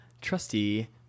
trusty